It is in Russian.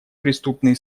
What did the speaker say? преступные